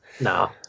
No